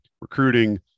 recruiting